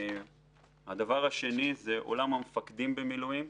הדבר השני הוא עולם המפקדים במילואים.